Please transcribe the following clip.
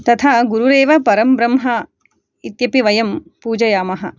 तथा गुरुरेव परं ब्रह्म इत्यपि वयं पूजयामः